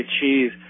cheese